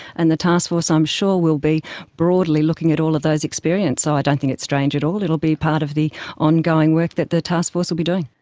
and the taskforce i'm sure will be broadly looking at all of those experiences. so i don't think it's strange at all, it'll be part of the ongoing work that that taskforce will be doing.